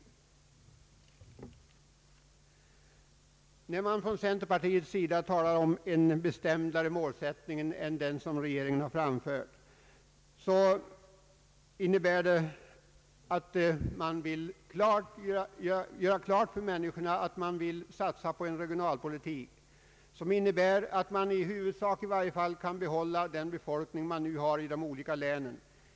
När vi från centerpartiets sida talar om en mera bestämd målsättning än den som regeringen framfört innebär det att vi vill göra klart för människorna att vi vill satsa på en regionalpolitik, som innebär att man i huvudsak kan behålla den befolkning som nu finns i de olika länen.